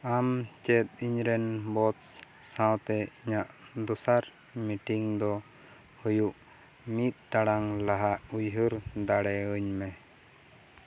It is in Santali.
ᱟᱢ ᱪᱮᱫ ᱤᱧᱨᱮᱱ ᱵᱚᱥ ᱥᱟᱶᱛᱮ ᱤᱧᱟᱹᱜ ᱫᱚᱥᱟᱨ ᱢᱤᱴᱤᱝ ᱫᱚ ᱦᱩᱭᱩᱜ ᱢᱤᱫ ᱴᱟᱲᱟᱝ ᱞᱟᱦᱟᱜ ᱩᱭᱦᱟ ᱨ ᱫᱟᱲᱮᱣᱟ ᱧ ᱢᱮ